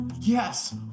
Yes